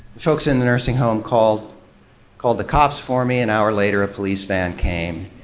folks in the nursing home called called the cops for me. an hour later a police van came,